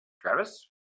Travis